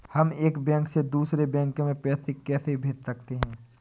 हम एक बैंक से दूसरे बैंक में पैसे कैसे भेज सकते हैं?